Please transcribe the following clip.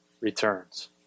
returns